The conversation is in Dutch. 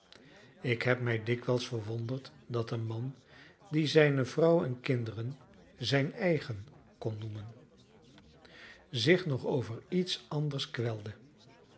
ik heb mij dikwijls verwonderd dat een man die zijne vrouw en kinderen zijn eigen kon noemen zich nog over iets anders